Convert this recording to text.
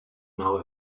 now